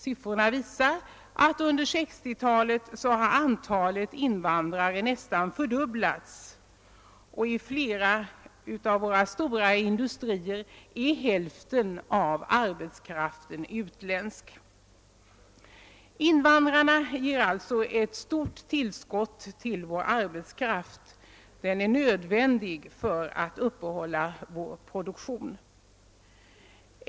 Siffrorna visar att under 1960-talet antalet invandrare nästan har fördubblats. I flera av våra stora industrier är hälften av arbetskraften utländsk. Invandrarna ger alltså ett stort tillskott till vår arbetskraft, som är nödvändigt för att uppehålla vår produktion.